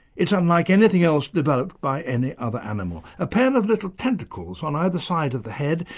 it's unlike anything else developed by any other animal a pair of little tentacles on either side of the head,